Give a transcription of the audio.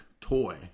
toy